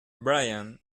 brian